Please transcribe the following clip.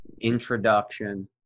introduction